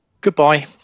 Goodbye